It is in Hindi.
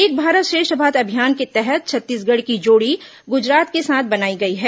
एक भारत श्रेष्ठ भारत अभियान के तहत छत्तीसगढ़ की जोड़ी गुजरात के साथ बनाई गई है